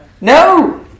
No